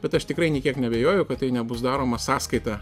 bet aš tikrai nei kiek neabejoju kad tai nebus daroma sąskaita